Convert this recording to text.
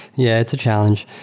yeah, it's a challenge